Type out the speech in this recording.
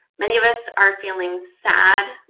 many of us are feeling sad,